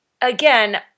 again